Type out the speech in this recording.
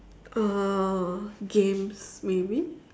uh games maybe